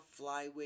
flyweight